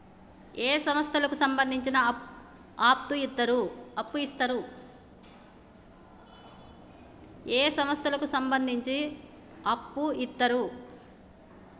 ఏ సంస్థలకు సంబంధించి అప్పు ఇత్తరు?